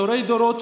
דורי-דורות,